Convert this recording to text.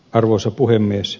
arvoisa puhemies